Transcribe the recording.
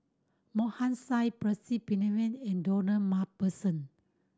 Mohan Singh Percy Pennefather and Ronald Macpherson